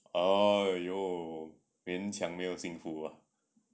orh yo 勉强没有幸福 ah